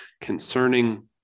concerning